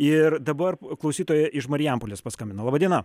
ir dabar klausytoja iš marijampolės paskambino laba diena